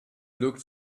looked